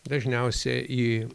dažniausia į